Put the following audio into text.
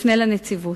שיפנה לנציבות.